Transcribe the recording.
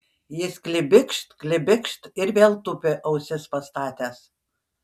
jis klibikšt klibikšt ir vėl tupi ausis pastatęs